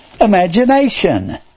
Imagination